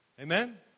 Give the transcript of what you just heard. Amen